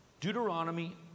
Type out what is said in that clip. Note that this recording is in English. Deuteronomy